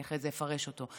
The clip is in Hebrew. אני אחרי זה אפרש אותו,